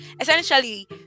Essentially